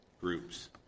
groups